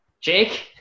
Jake